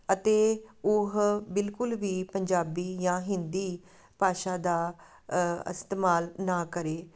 ਅਤੇ ਉਹ ਬਿਲਕੁਲ ਵੀ ਪੰਜਾਬੀ ਜਾਂ ਹਿੰਦੀ ਭਾਸ਼ਾ ਦਾ ਇਸਤੇਮਾਲ ਨਾ ਕਰੇ